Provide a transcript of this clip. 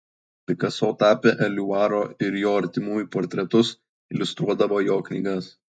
pikaso tapė eliuaro ir jo artimųjų portretus iliustruodavo jo knygas